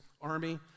Army